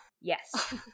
yes